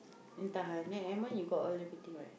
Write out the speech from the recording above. then tahan you got all everything what